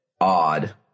odd